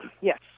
Yes